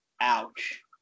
Ouch